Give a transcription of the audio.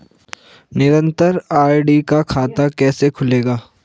निरन्तर आर.डी का खाता कैसे खुलेगा?